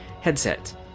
headset